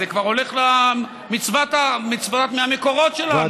זה כבר הולך למצווה מהמקורות שלנו.